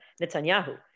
Netanyahu